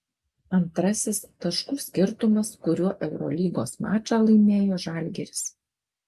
antrasis taškų skirtumas kuriuo eurolygos mačą laimėjo žalgiris